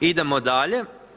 Idemo dalje.